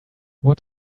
what